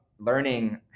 learning